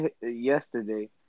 yesterday